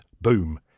boom